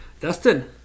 Dustin